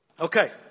Okay